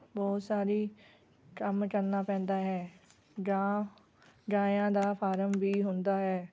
ਬਹੁਤ ਸਾਰੀ ਕੰਮ ਕਰਨਾ ਪੈਂਦਾ ਹੈ ਗਾਂ ਗਾਂਇਆ ਦਾ ਫਾਰਮ ਵੀ ਹੁੰਦਾ ਹੈ